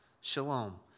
Shalom